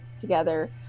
together